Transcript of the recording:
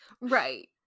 Right